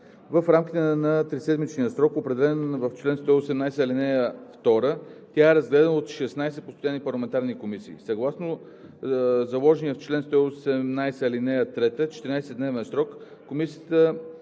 В рамките на триседмичния срок, определен в чл. 118, ал. 2, тя е разгледана от 16 постоянни парламентарни комисии. Съгласно заложения в чл. 118, ал. 3 14 дневен срок Комисията